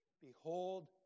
Behold